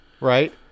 Right